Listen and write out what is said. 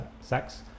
sex